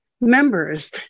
members